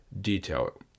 detail